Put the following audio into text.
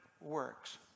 works